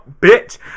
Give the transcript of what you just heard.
bitch